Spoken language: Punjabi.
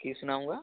ਕੀ ਸੁਣਾਊਂਗਾ